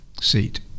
seat